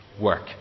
Work